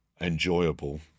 enjoyable